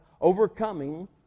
overcoming